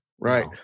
Right